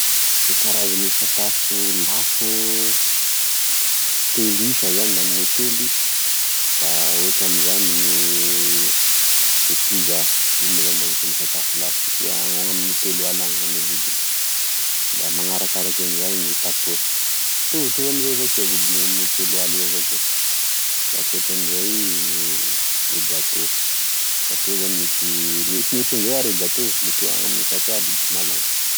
Karazagne sakafo lafo telo isa zany na amign'hôtely da ohatry amzany gne pizza iny ma zany da anisany sakafo somary lafo satria amy telo aly any zany gne vidiny da manarakaraky anizay gne tacos mitovitovy amezay avao koa gne vidiny eo ame telo aly eo avao koa da ankoatranizay gne gateau gateau zany mety mety mihoatrizay ary e gateau mety ho amine efatra aliny dimy aliny any.